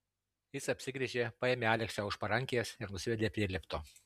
jis apsigręžė paėmė aleksę už parankės ir nusivedė prie lifto